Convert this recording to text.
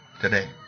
Today